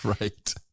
right